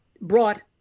brought